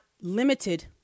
limited